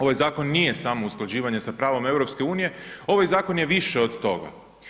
Ovaj zakon nije samo usklađivanje sa pravom EU, ovaj zakon je više od toga.